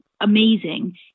amazing